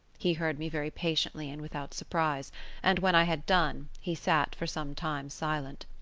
he heard me very patiently and without surprise and when i had done, he sat for some time silent.